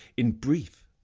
in brief,